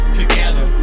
together